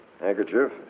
handkerchief